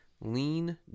Lean